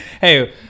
hey